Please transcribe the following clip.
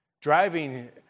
driving